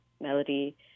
melody